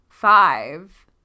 five